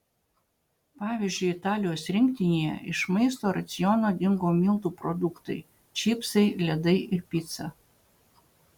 pavyzdžiui italijos rinktinėje iš maisto raciono dingo miltų produktai čipsai ledai ir pica